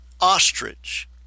ostrich